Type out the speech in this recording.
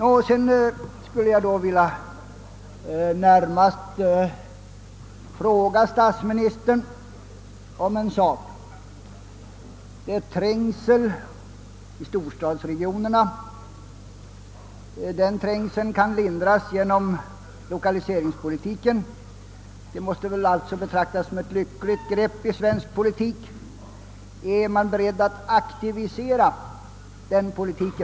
Jag skulle vidare vilja ställa en fråga till statsministern. Det råder trängsel i storstadsregionerna, och denna kan förhindras genom lokaliseringspolitiken, vilken även för avfolkningsområdena måste betraktas som ett lyckligt grepp i svensk politik. är man beredd att aktivisera denna politik?